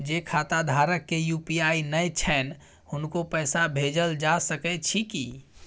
जे खाता धारक के यु.पी.आई नय छैन हुनको पैसा भेजल जा सकै छी कि?